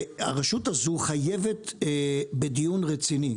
והרשות הזו חייבת בדיון רציני.